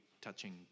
touching